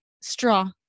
Straw